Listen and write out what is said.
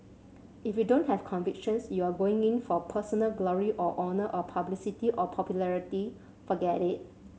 if you don't have convictions you are going in for personal glory or honour or publicity or popularity forget it